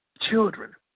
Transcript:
children